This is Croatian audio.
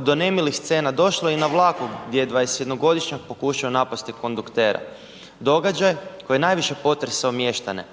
do nemilih scena došlo je i na vlaku gdje je 21-godišnjak pokušao napasti konduktera. Događaj koji je najviše potresao mještane